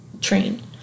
train